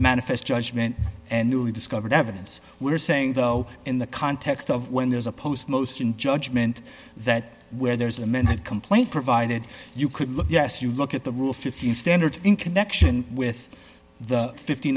manifest judgment and newly discovered evidence we're saying though in the context of when there's a post most in judgment that where there is a minute complaint provided you could look yes you look at the rule fifteen standard in connection with the fifty